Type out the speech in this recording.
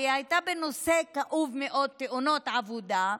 והיא הייתה בנושא כאוב מאוד, תאונות עבודה.